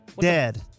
dead